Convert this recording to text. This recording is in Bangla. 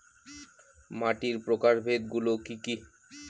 মাটির প্রকারভেদ গুলো কি কী?